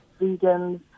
vegans